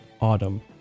Autumn